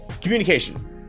communication